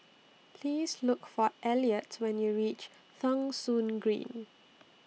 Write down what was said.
Please Look For Eliot when YOU REACH Thong Soon Green